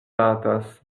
batas